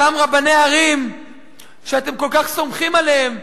אותם רבני ערים שאתם כל כך סומכים עליהם,